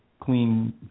clean